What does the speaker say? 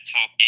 top